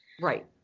Right